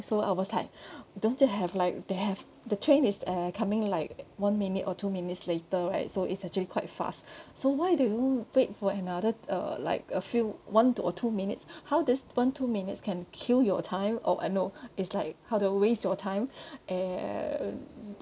so I was like don't they have like they have the train is uh coming like one minute or two minutes later right so it's actually quite fast so why don't you wait for another uh like a few one or two minutes how this one two minutes can kill your time oh I know it's like how to waste your time uh